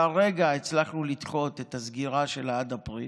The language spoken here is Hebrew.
כרגע הצלחנו לדחות את הסגירה שלה עד אפריל.